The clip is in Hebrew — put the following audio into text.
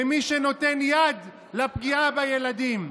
במי שנותן יד לפגיעה בילדים.